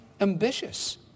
ambitious